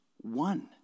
one